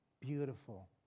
beautiful